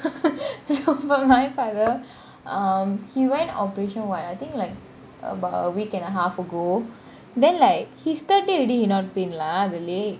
so for my father um he went operation [what] I think like about a week and a half ago then like his third day already he not pain lah the leg